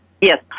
Yes